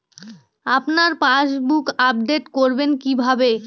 আপনার passbook update করবেন কিভাবে?